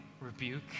rebuke